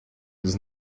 dos